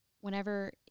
whenever